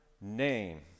name